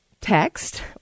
text